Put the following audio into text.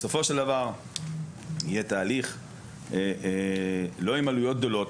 בסופו של דבר יהיה תהליך לא עם עלויות גדולות.